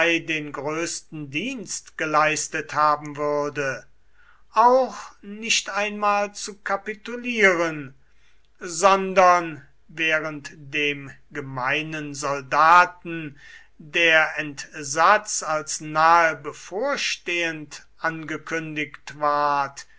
den größten dienst geleistet haben würde auch nicht einmal zu kapitulieren sondern während dem gemeinen soldaten der entsatz als nahe bevorstehend angekündigt ward